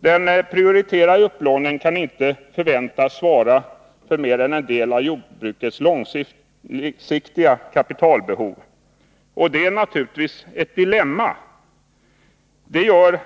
Den prioriterade upplåningen kan inte förväntas svara för mer än en del av jordbrukets långsiktiga kapitalbehov, och det är naturligtvis ett dilemma. Det gör